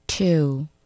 Two